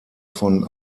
von